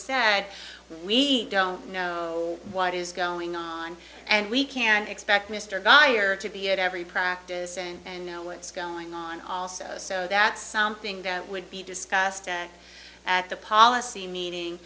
said we don't know what is going on and we can't expect mr guy or to be at every practice and know what's going on also so that's something that would be discussed at the policy